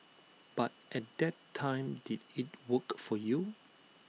but at that time did IT work for you